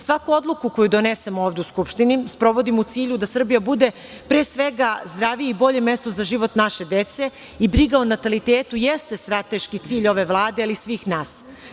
Svaku odluku koju donesemo ovde u Skupštini sprovodimo u cilju da Srbija bude pre svega zdravije i bolje mesto za život naše dece i briga o natalitetu jeste strateški cilj ove Vlade, ali i svih nas.